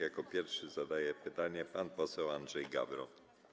Jako pierwszy zadaje pytanie pan poseł Andrzej Gawron.